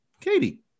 Katie